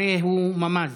הרי הוא ממ"ז,